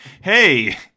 Hey